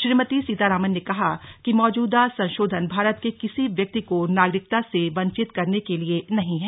श्रीमती सीतारामन ने कहा कि मौजूदा संशोधन भारत के किसी व्यक्ति को नागरिकता से वंचित करने के लिए नहीं है